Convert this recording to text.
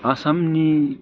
आसामनि